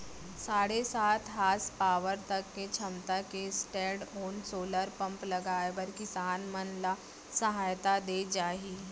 साढ़े सात हासपावर तक के छमता के स्टैंडओन सोलर पंप लगाए बर किसान मन ल सहायता दे जाही